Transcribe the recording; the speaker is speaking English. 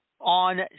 on